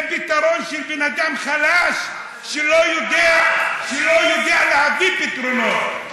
זה פתרון של בן אדם חלש שלא יודע להביא פתרונות.